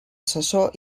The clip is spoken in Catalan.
assessor